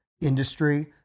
industry